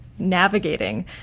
navigating